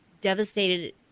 devastated